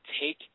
take